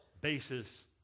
basis